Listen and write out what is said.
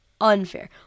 unfair